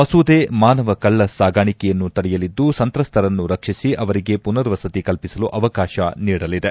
ಮಸೂದೆ ಮಾನವ ಕಳ್ಳ ಸಾಗಾಣಿಕೆಯನ್ನು ತಡೆಯಲಿದ್ದು ಸಂತ್ರಸ್ಥರನ್ನು ರಕ್ಷಿಸಿ ಅವರಿಗೆ ಮನರ್ವಸತಿ ಕಲ್ಪಿಸಲು ಅವಕಾಶ ನೀಡಲಿದೆ